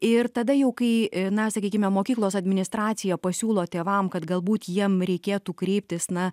ir tada jau kai na sakykime mokyklos administracija pasiūlo tėvam kad galbūt jiem reikėtų kreiptis na